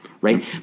right